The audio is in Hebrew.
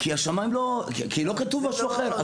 כי לא כתוב משהו אחר.